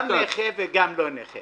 גם נכה וגם לא נכה.